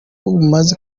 bumaze